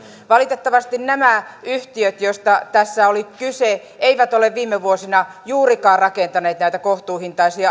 valitettavasti nämä yhtiöt joista tässä oli kyse eivät ole viime vuosina juurikaan rakentaneet näitä kohtuuhintaisia